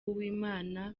uwimana